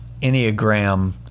enneagram